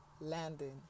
landing